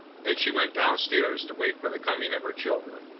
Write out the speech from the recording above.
then she went down-stairs to wait for the coming of her children,